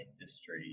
industry